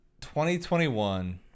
2021